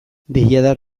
deiadar